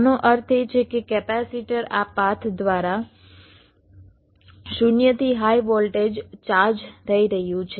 આનો અર્થ એ છે કે કેપેસિટર આ પાથ દ્વારા 0 થી હાઇ વોલ્ટેજ ચાર્જ થઈ રહ્યું છે